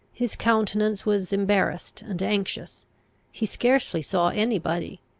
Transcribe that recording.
his countenance was embarrassed and anxious he scarcely saw any body.